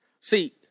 See